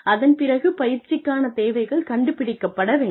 அதன் பிறகு பயிற்சிக்கான தேவைகள் கண்டுபிடிக்கப்பட வேண்டும்